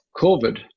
COVID